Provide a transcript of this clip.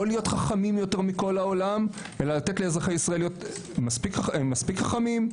לא להיות חכמים יותר מכל העולם אלא אזרחי ישראל הם מספיק חכמים,